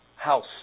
house